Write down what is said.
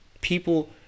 people